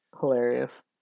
Hilarious